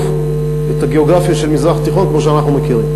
את הגיאוגרפיה של המזרח התיכון כמו שאנחנו מכירים,